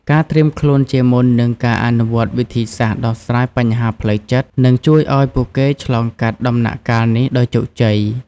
ការត្រៀមខ្លួនជាមុន និងការអនុវត្តវិធីសាស្រ្តដោះស្រាយបញ្ហាផ្លូវចិត្ត នឹងជួយឲ្យពួកគេឆ្លងកាត់ដំណាក់កាលនេះដោយជោគជ័យ។